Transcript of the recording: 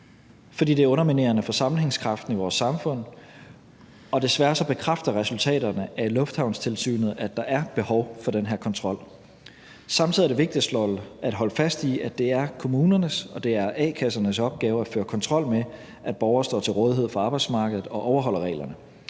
fordi det er underminerende for sammenhængskraften i vores samfund, og desværre bekræfter resultaterne af lufthavnstilsynet, at der er behov for den her kontrol. Samtidig er det vigtigt at holde fast i, at det er kommunernes og a-kassernes opgave at føre kontrol med, at borgere står til rådighed for arbejdsmarkedet og overholder reglerne.